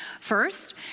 First